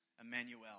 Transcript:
Emmanuel